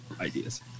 ideas